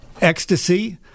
ecstasy